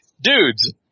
dudes